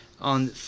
on